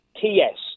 TS